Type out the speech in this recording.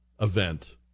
event